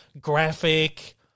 graphic